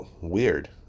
weird